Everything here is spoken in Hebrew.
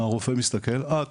הרופא מסתכל: אה,